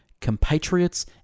compatriots